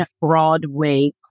Broadway